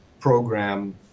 program